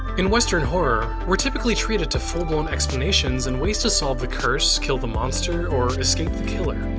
in western horror, we're typically treated to full-blown explanations and ways to solve the curse, kill the monster, or escape the killer.